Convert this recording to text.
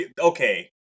okay